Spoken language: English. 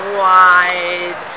wide